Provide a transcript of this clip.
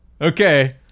Okay